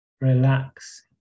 Relax